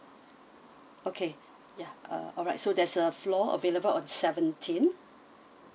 okay ya uh alright so there's a floor available on seventeen